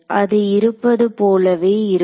அது இருப்பது போலவே இருக்கும்